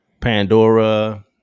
Pandora